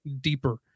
deeper